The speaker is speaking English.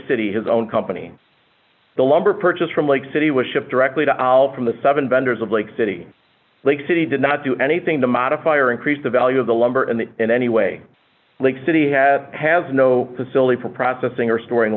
city his own company the lumber purchase from lake city was shipped directly to al from the seven vendors of lake city lake city did not do anything to modify or increase the value of the lumber in the in any way lake city had has no facility for processing or storing